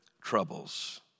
troubles